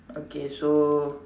okay so